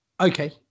okay